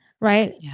right